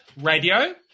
Radio